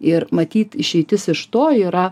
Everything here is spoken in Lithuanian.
ir matyt išeitis iš to yra